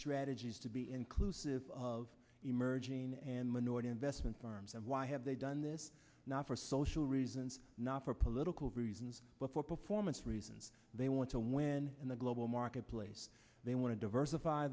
strategies to be inclusive of emerging and minority investment firms and why have they done this not for social reasons not for political reasons but for performance reasons they want to win in the global marketplace they want to diversify